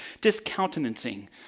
discountenancing